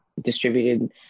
distributed